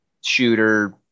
shooter